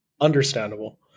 Understandable